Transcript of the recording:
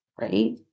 right